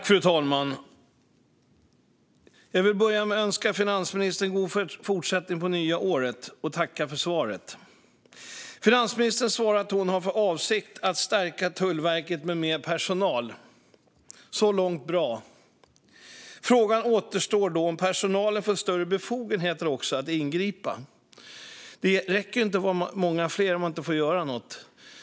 Fru talman! Jag vill börja med att önska finansministern god fortsättning på det nya året och tacka för svaret. Finansministern svarar att hon har för avsikt att stärka Tullverket med mer personal - så långt bra. Frågan återstår då om personalen också får större befogenheter att ingripa. Det räcker inte att vara många fler om man inte får göra något.